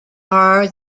are